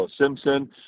Simpson